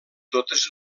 totes